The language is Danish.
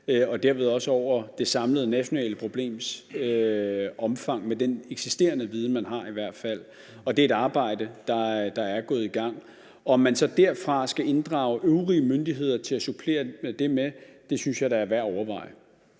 og derved også over det samlede nationale problems omfang, i hvert fald med den eksisterende viden, man har. Det er et arbejde, der er gået i gang. Om man så derfra skal inddrage øvrige myndigheder til at supplere det med, synes jeg da er værd at overveje.